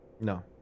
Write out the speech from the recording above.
No